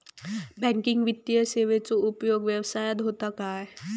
Banking वित्तीय सेवाचो उपयोग व्यवसायात होता काय?